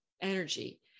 energy